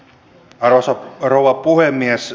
arvoisa rouva puhemies